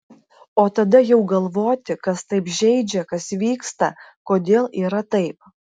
o tada jau galvoti kas taip žeidžia kas vyksta kodėl yra taip